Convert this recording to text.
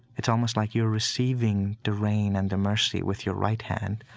it's almost like you're receiving the rain and the mercy with your right hand.